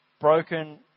Broken